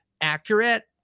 accurate